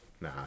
Nah